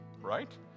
right